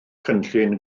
cynllun